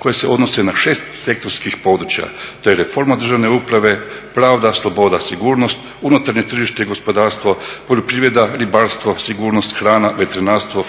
koji se odnose na 6 sektorskih područja te reformu državne uprave, pravda, sloboda, sigurnost, unutarnje tržište i gospodarstvo, poljoprivreda, ribarstvo, sigurnost, hrana, veterinarstvo, …